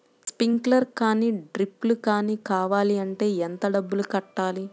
Sprinkler కానీ డ్రిప్లు కాని కావాలి అంటే ఎంత డబ్బులు కట్టాలి?